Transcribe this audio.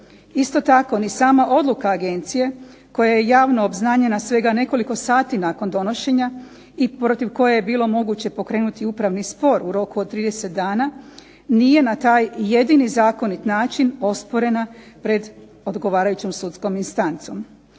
Isto tako ni sama odluka agencije koja je javno obznanjena svega nekoliko sati nakon donošenja i protiv koje je bilo moguće pokrenuti upravni spor u roku od 30 dana nije na taj jedini zakonit način osporena pred odgovarajućom sudskom instancom.